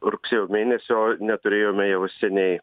rugsėjo mėnesio neturėjome jau seniai